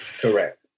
Correct